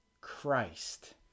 Christ